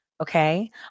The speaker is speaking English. Okay